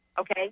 okay